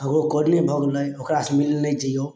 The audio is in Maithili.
ककरो कोरोने भऽ गेलै ओकरा से मिलै ले नहि जै यौ